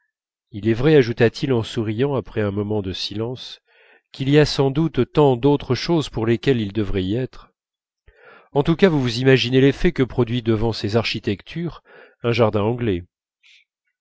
il est vrai ajouta-t-il en souriant après un moment de silence qu'il y a sans doute tant d'autres choses pour lesquelles ils devraient y être en tous cas vous vous imaginez l'effet que produit devant ces architectures un jardin anglais